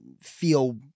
feel